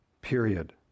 period